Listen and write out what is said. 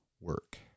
work